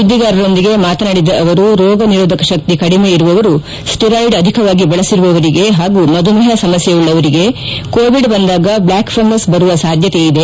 ಸುದ್ದಿಗಾರರೊಂದಿಗೆ ಮಾತನಾಡಿದ ಅವರು ರೋಗ ನಿರೋಧಕ ಶಕ್ತಿ ಕಡಿಮೆ ಇರುವವರು ಸ್ಪೀರಾಯಿಡ್ ಅಧಿಕವಾಗಿ ಬಳಸಿರುವವರಿಗೆ ಹಾಗೂ ಮಧುಮೇಹ ಸಮಸ್ಯೆವುಳ್ಳವರಿಗೆ ಕೋವಿಡ್ ಬಂದಾಗ ಬ್ಲಾಕ್ ಫಂಗಸ್ ಬರುವ ಸಾಧ್ಯತೆ ಇದೆ